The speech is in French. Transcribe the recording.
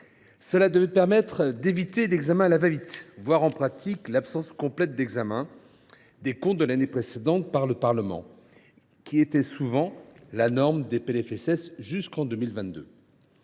Cela devait permettre d’éviter l’examen « à la va vite », voire en pratique l’absence complète d’examen, des comptes de l’année précédente par le Parlement, ce qui était souvent la norme des projets de loi